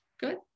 Good